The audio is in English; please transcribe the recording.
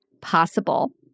possible